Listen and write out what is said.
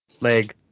Leg